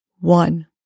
One